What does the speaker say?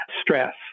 stress